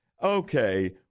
okay